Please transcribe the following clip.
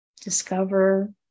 discover